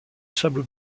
sable